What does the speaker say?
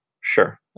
sure